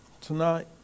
tonight